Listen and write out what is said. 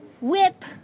Whip